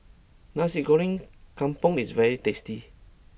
Nasi Goreng Kampung is very tasty